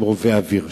עם רובה אוויר,